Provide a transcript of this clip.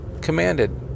commanded